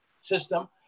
system